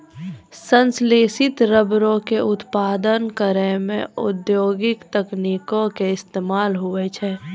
संश्लेषित रबरो के उत्पादन करै मे औद्योगिक तकनीको के इस्तेमाल होय छै